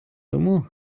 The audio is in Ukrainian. тому